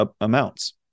amounts